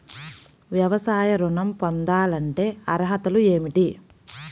వ్యవసాయ ఋణం పొందాలంటే అర్హతలు ఏమిటి?